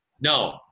no